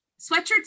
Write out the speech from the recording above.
Sweatshirts